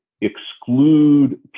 exclude